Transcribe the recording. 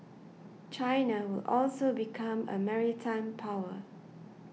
China will also become a maritime power